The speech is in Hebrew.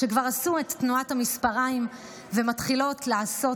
שכבר עשו את תנועת המספריים ומתחילות לעשות